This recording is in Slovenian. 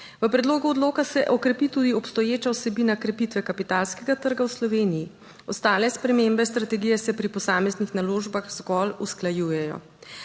v predlogu odloka se okrepi tudi obstoječa vsebina krepitve kapitalskega trga v Sloveniji. Ostale spremembe strategije se pri posameznih naložbah zgolj usklajujejo.